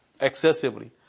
excessively